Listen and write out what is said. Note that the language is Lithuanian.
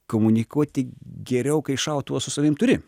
komunikuoti geriau kai šautuvą su savim turi